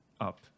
up